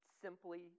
Simply